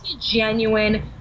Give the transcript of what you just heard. genuine